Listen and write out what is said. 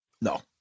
No